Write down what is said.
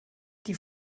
die